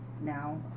now